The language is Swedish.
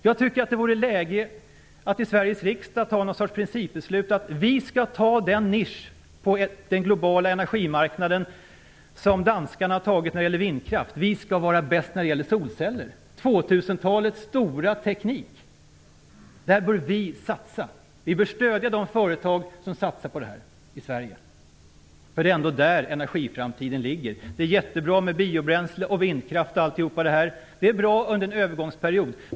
Jag tycker att det vore läge att i Sveriges riksdag fatta något slags principbeslut om att vi skall ta den nisch på den globala energimarknaden som danskarna har tagit när det gäller vindkraft. Vi skall vara bäst när det gäller solceller - 2000 talets stora teknik. Där bör vi satsa. Vi bör stödja de företag som satsar på det här i Sverige. Det är ändå där energiframtiden ligger. Det är mycket bra med biobränsle, vindkraft osv. Det är bra under en övergångsperiod.